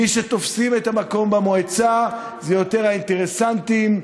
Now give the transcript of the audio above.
מי שתופסים את המקום במועצה זה יותר האינטרסנטים,